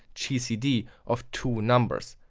gcd, of two numbers.